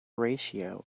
ratio